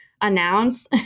announce